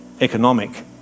economic